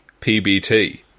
PBT